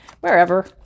wherever